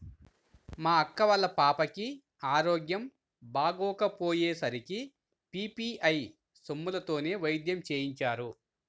మా అక్క వాళ్ళ పాపకి ఆరోగ్యం బాగోకపొయ్యే సరికి పీ.పీ.ఐ సొమ్ములతోనే వైద్యం చేయించారు